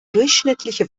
durchschnittliche